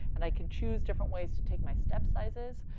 and i can choose different ways to take my step sizes.